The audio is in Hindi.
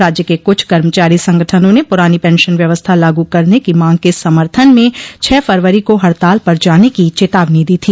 राज्य के कुछ कर्मचारी संगठनों ने पुरानी पेंशन व्यवस्था लागू करने की मांग के समर्थन में छह फरवरी को हडताल पर जाने की चेतावनी दी थी